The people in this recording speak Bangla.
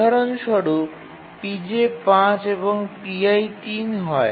উদাহরণ স্বরূপ pj ৫ এবং pi ৩ হয়